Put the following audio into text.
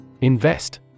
Invest